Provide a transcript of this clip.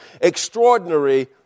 extraordinary